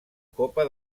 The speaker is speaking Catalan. copa